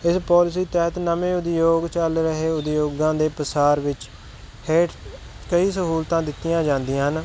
ਇਸ ਪੋਲਸੀ ਤਹਿਤ ਨਵੇਂ ਉਦਯੋਗ ਚੱਲ ਰਹੇ ਉਦਯੋਗਾਂ ਦੇ ਪਸਾਰ ਵਿੱਚ ਹੇਠ ਕਈ ਸਹੂਲਤਾਂ ਦਿੱਤੀਆਂ ਜਾਂਦੀਆਂ ਹਨ